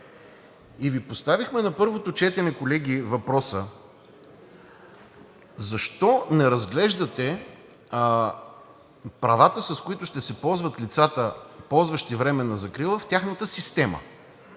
И Ви поставихме на първото четене, колеги, въпроса: защо не разглеждате правата, с които ще се ползват лицата, ползващи временна закрила, в тяхната система?